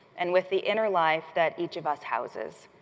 and with the inner life that each of us houses.